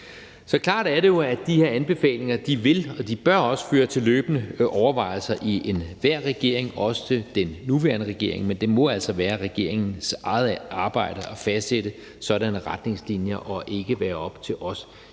Så det er jo klart, at de her anbefalinger vil og også bør føre til løbende overvejelser i enhver regering, også den nuværende regering. Men det må altså være regeringens eget arbejde at fastsætte sådanne retningslinjer og ikke være op til os i